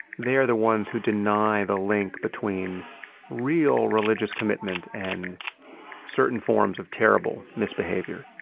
they are the ones who deny the link between real religious commitment and certain forms of terrible misbehavior.